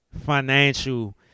financial